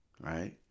right